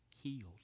healed